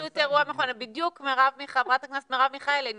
בדיוק חברת הכנסת מרב מיכאלי נכנסה,